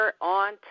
on